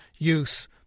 Use